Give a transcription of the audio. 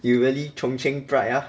you really chung cheng pride ah